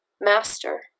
master